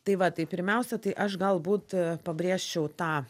tai va tai pirmiausia tai aš galbūt pabrėžčiau tą